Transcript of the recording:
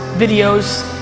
videos,